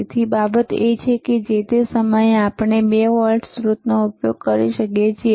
બીજી બાબત એ છે કે તે જ સમયે આપણે 2 વોલ્ટેજ સ્ત્રોતોનો ઉપયોગ કરી શકીએ છીએ